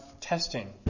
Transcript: testing